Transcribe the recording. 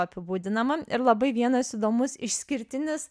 apibūdinama ir labai vienas įdomus išskirtinis